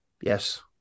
Yes